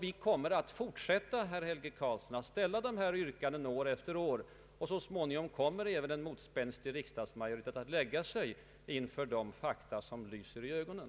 Vi kommer att fortsätta, herr Helge Karlsson, att ställa våra yrkanden år efter år, och så småningom kommer även en motspänstig riksdagsmajoritet att böja sig inför de fakta som alltmer lyser i ögonen.